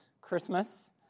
Christmas